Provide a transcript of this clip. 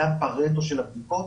זה הפארטו של הבדיקות.